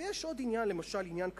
ויש עוד עניין למשל, עניין קטן,